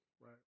Right